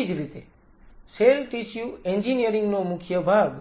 એવી જ રીતે સેલ ટિશ્યુ એન્જિનિયરિંગ નો મુખ્ય ભાગ